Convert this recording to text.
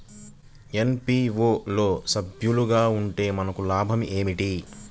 FPO లో సభ్యులుగా ఉంటే మనకు లాభం ఏమిటి?